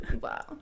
wow